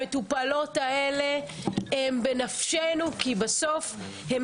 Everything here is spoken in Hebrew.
המטופלות האלה הן בנפשנו כי בסוף מדובר